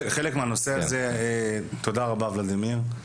תודה רבה ולדימיר.